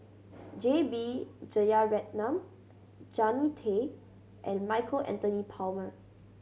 J B Jeyaretnam Jannie Tay and Michael Anthony Palmer